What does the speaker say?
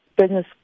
business